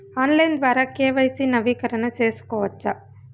Online ద్వారా KYC నవీకరణ సేసుకోవచ్చా?